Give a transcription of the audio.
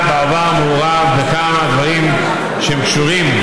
וכולנו מדברים על מיתוסים שצריכים לנפץ.